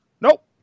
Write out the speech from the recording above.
Nope